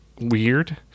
weird